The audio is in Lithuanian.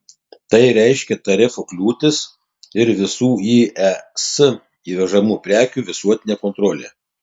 tai reiškia tarifų kliūtis ir visų į es įvežamų prekių visuotinę kontrolę